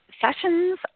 sessions